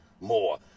more